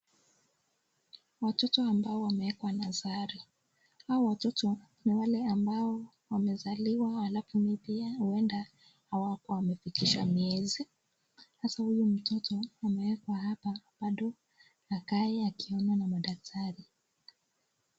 Watoto ambao wameekwa nursery hawa watoto ni wale ambao wamezaliwa alafu pia huenda hawakua wamefikisha miezi. Sasa huyu mtoto amewekewa hapa bado akae akionwa na madaktari.